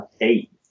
Eight